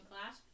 class